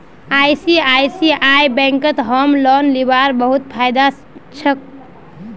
ICICI बैंकत home loan लीबार बहुत फायदा छोक